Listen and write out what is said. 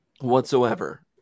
whatsoever